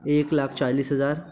एक लाख चालीस हज़ार